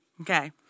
okay